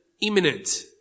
imminent